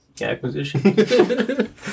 Acquisition